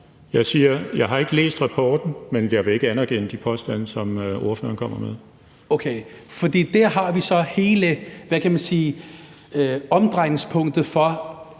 jeg ikke har læst rapporten, men jeg vil ikke anerkende de påstande, som ordføreren kommer med). Okay. For der har vi så hele, hvad kan man sige,